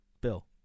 Bill